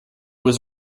was